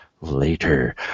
later